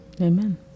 Amen